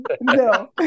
No